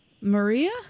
Maria